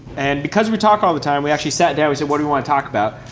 and because we talk all the time, we actually sat down we said, what do you want to talk about,